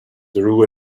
drew